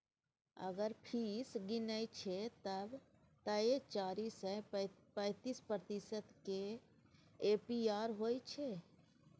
अगर फीस गिनय छै तए चारि सय पैंतीस प्रतिशत केर ए.पी.आर होइ छै